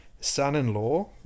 son-in-law